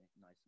nice